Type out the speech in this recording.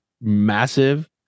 massive